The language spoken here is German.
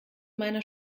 meiner